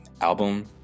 album